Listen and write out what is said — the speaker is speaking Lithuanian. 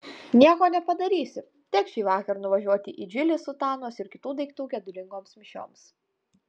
nieko nepadarysi teks šįvakar nuvažiuoti į džilį sutanos ir kitų daiktų gedulingoms mišioms